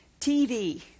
TV